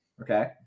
Okay